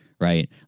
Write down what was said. Right